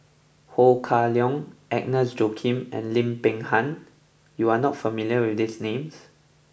Ho Kah Leong Agnes Joaquim and Lim Peng Han you are not familiar with these names